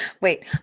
Wait